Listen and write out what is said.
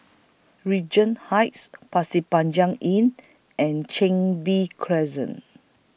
Regent Heights Pasir Panjang Inn and Chin Bee Crescent